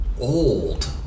old